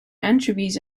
anchovies